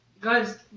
guys